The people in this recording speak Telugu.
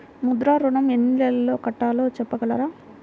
ముద్ర ఋణం ఎన్ని నెలల్లో కట్టలో చెప్పగలరా?